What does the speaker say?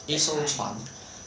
一艘船